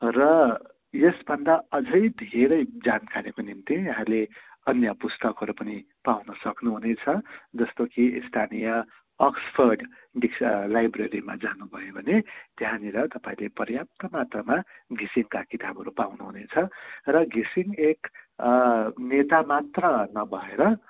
र यसभन्दा अझै धेरै जानकारीको निम्ति यहाँले अन्य पुस्तक पनि पाउन सक्नुहुनेछ जस्तो कि स्थानीय अक्सफोर्ड डिस लाइब्रेरीमा जानु भयो भने त्यहाँनिर तपाईँले पर्याप्त मात्रामा घिसिङका किताबहरू पाउनु हुनेछ र घिसिङ एक नेता मात्र नभएर